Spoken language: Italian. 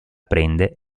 prende